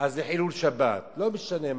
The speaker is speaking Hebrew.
אז חילול שבת, לא משנה מה.